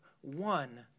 one